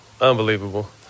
Unbelievable